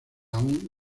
aún